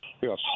Yes